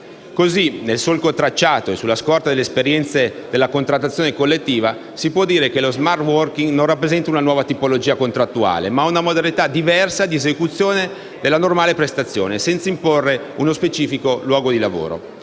Così, nel solco tracciato e sulla scorta delle esperienze della contrattazione collettiva, si può dire che lo smart working rappresenta non una nuova tipologia contrattuale, ma una modalità diversa di esecuzione della normale prestazione, senza imporre uno specifico luogo di lavoro.